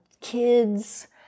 kids